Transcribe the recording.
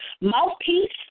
mouthpiece